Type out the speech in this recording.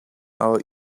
our